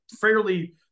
fairly